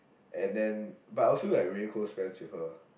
and then but I also like very close friends with her